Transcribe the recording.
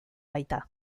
baita